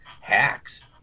hacks